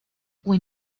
when